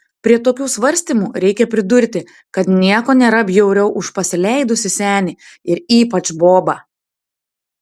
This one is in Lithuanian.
prie tokių svarstymų reikia pridurti kad nieko nėra bjauriau už pasileidusį senį ir ypač bobą